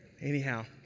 Anyhow